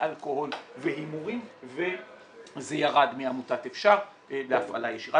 באלכוהול והימורים וזה ירד מעמותת "אפשר" בהפעלה ישירה.